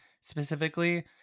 specifically